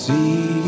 See